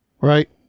right